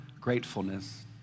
gratefulness